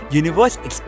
universe